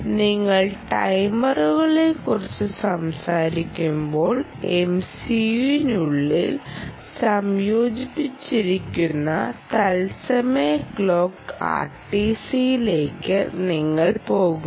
നിങ്ങൾ ടൈമറുകളെക്കുറിച്ച് സംസാരിക്കുമ്പോൾ MCU നുള്ളിൽ സംയോജിപ്പിച്ചിരിക്കുന്ന തത്സമയ ക്ലോക്ക് RTCയിലേക്ക് നിങ്ങൾ പോകുന്നു